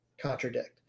contradict